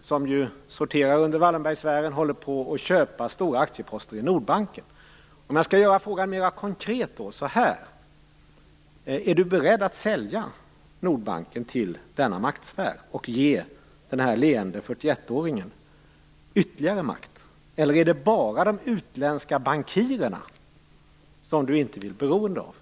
som ju ingår i Wallenbergsfären, håller på att köpa stora aktieposter i Nordbanken. Jag skall göra frågan mer konkret: Är Erik Åsbrink beredd att sälja Nordbanken till denna maktsfär och ge den leende 41 åringen ytterligare makt, eller är det bara de utländska bankirerna som han inte vill vara beroende av?